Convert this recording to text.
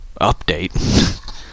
update